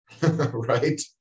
Right